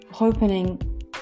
opening